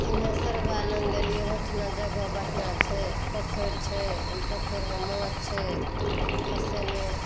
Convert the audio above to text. सिन्घेश्वर बाबा लग गेलिए ओहोठुना जगह बढ़िआँ छै पोखरि छै ओहि पोखरिमे माछ छै खसेने